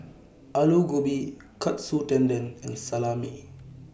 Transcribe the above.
Alu Gobi Katsu Tendon and Salami